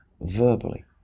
verbally